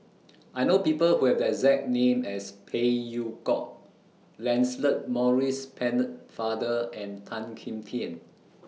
I know People Who Have The exact name as Phey Yew Kok Lancelot Maurice Pennefather and Tan Kim Tian